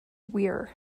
weir